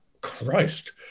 Christ